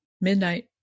midnight